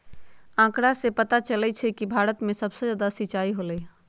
आंकड़ा से पता चलई छई कि भारत में सबसे जादा सिंचाई होलई ह